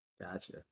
Gotcha